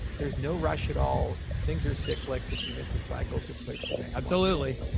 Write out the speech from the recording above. there's no rush at all. things are cyclic. if you miss a cycle, just wait for the next. absolutely.